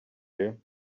you